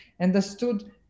understood